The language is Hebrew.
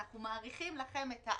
אנחנו מאריכים לכם את העררים,